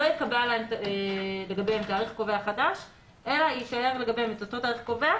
לא ייקבע לגביהם תאריך קובע חדש אלא יישאר לגביהם את אותו תאריך קובע.